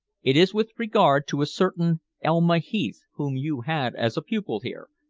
it is with regard to a certain elma heath whom you had as pupil here,